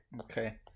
Okay